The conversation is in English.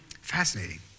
Fascinating